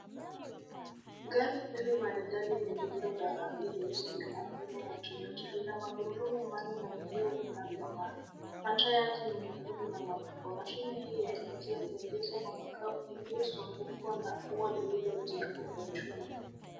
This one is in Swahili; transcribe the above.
Gari hili maridadi lililo na rangi nyeusini la aina ya Toyota. Lina magurudumu manne na vioo vinavyo ng'aa. Mataa yake ni mekundu na makubwa. Mashine hii yaelekea kuegeshwa kwa makao iliyo zungukwa na ua lililo jengwa kwa chuma.